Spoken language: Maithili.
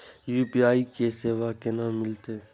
यू.पी.आई के सेवा केना मिलत?